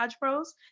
pros